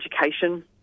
education